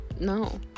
No